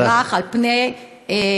או שלךְ,